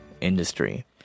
industry